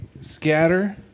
scatter